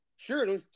Sure